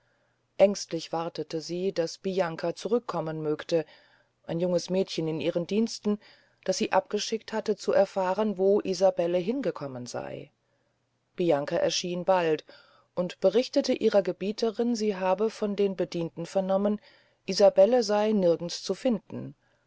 aengstlich wartete sie daß bianca zurück kommen mögte ein junges mädchen in ihren diensten das sie abgeschickt hatte zu erfahren wo isabelle hingekommen sey bianca erschien bald und berichtete ihrer gebieterin sie habe von den bedienten vernommen isabelle sey nirgends zu finden